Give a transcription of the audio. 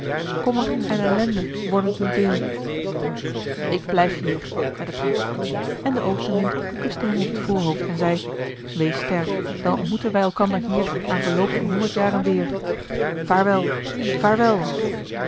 kommer en ellende worden uw deel ik blijf hier zei de prins en de oostenwind kuste hem op het voorhoofd en zei wees sterk dan ontmoeten wij elkander hier na verloop van honderd jaren weer vaarwel vaarwel